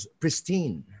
pristine